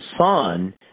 son